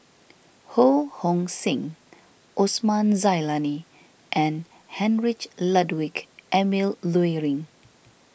Ho Hong Sing Osman Zailani and Heinrich Ludwig Emil Luering